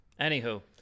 anywho